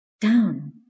down